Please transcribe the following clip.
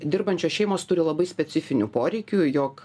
dirbančios šeimos turi labai specifinių poreikių jog